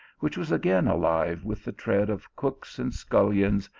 which was again alive with the tread of cooks and scullions,